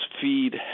feed